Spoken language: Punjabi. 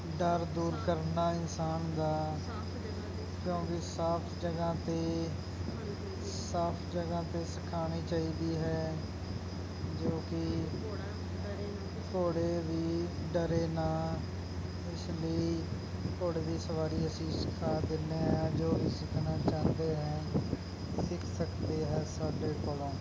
ਡਰ ਦੂਰ ਕਰਨਾ ਇਨਸਾਨ ਦਾ ਕਿਉਂਕਿ ਸਾਫ਼ ਜਗ੍ਹਾ 'ਤੇ ਸਾਫ਼ ਜਗ੍ਹਾ 'ਤੇ ਸਿਖਾਉਣੀ ਚਾਹੀਦੀ ਹੈ ਜੋ ਕਿ ਘੋੜੇ ਵੀ ਡਰੇ ਨਾ ਇਸ ਲਈ ਘੋੜੇ ਦੀ ਸਵਾਰੀ ਅਸੀਂ ਸਿਖਾ ਦਿੰਦੇ ਹਾਂ ਜੋ ਵੀ ਸਿੱਖਣਾ ਚਾਹੁੰਦੇ ਹੈ ਸਿੱਖ ਸਕਦੇ ਹੈ ਸਾਡੇ ਕੋਲੋਂ